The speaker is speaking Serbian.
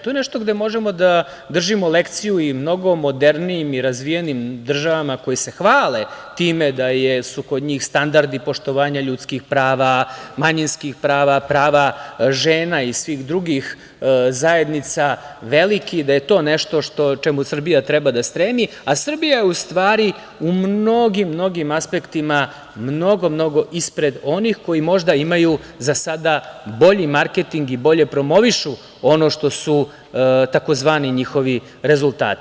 To je nešto gde možemo da držimo lekciju i mnogo modernijim i razvijenijim državama koje se hvale time da su kod njih standardi poštovanja ljudskih prava, manjinskih prava, prava žena i svih drugih zajednica veliki, da je to nešto čemu Srbija treba da stremi, a Srbija je u stvari u mnogim, mnogim aspektima mnogo, mnogo ispred onih koji možda imaju za sada bolji marketing i bolje promovišu ono što su tzv. njihovi rezultati.